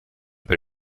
per